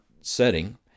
setting